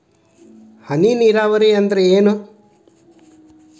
ಹನಿ ನೇರಾವರಿ ಅಂದ್ರ ಏನ್?